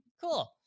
Cool